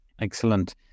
Excellent